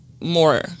more